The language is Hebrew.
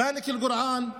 מאלכ אל-גורען,